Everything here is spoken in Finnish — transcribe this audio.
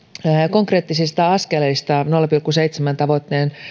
konkreettisista askeleista nolla pilkku seitsemän tavoitteen